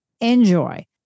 enjoy